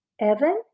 Evan